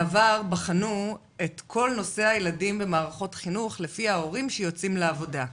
בעבר בחנו את כל נושא הילדים במערכות החינוך לפי ההורים שיוצאים לעבודה.